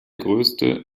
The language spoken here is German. größte